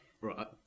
Right